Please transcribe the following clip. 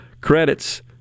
credits